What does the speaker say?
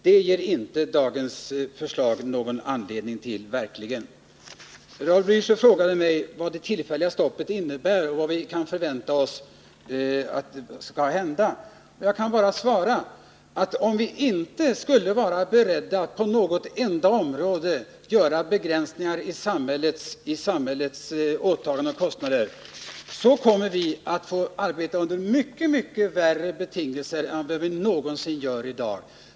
Detta ger verkligen inte det aktuella förslaget någon anledning till. Raul Blächer frågade mig vad det tillfälliga stoppet innebär och vad vi kan förvänta oss skall hända. Jag kan bara svara att om vi inte är beredda att på något enda område i samhället begränsa kostnaderna, så kommer vi i framtiden att få arbeta under mycket sämre betingelser än vi gör i dag.